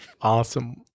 Awesome